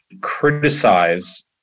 criticize